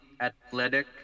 athletic